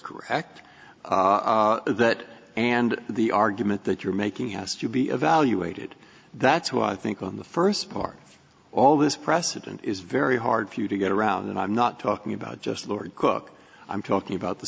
correct that and the argument that you're making has to be evaluated that's who i think on the first part of all this precedent is very hard for you to get around and i'm not talking about just lord cook i'm talking about the